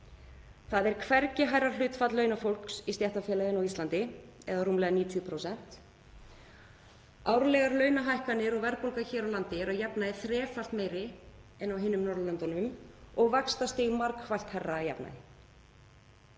Það er hvergi hærra hlutfall launafólks í stéttarfélagi en á Íslandi eða rúmlega 90%. Árlegar launahækkanir og verðbólga hér á landi eru að jafnaði þrefalt meiri en á hinum Norðurlöndunum og vaxtastig margfalt hærra að jafnaði.